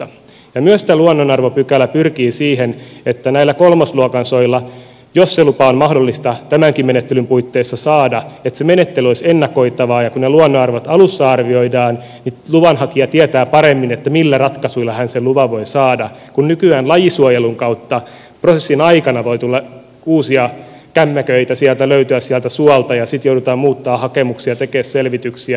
myös tämä luonnonarvopykälä pyrkii siihen että näillä kolmosluokan soilla jos se lupa on mahdollista tämänkin menettelyn puitteissa saada se menettely olisi ennakoitavaa ja kun ne luonnonarvot alussa arvioidaan niin luvanhakija tietää paremmin millä ratkaisuilla hän sen luvan voi saada kun nykyään lajisuojelun kautta prosessin aikana voi uusia kämmeköitä löytyä sieltä suolta ja sitten joudutaan muuttamaan hakemuksia tekemään selvityksiä